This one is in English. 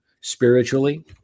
spiritually